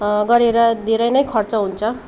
गरेर धेरै नै खर्च हुन्छ